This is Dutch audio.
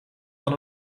van